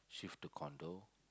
shift to condo